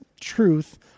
Truth